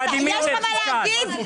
יש לך מה להגיד?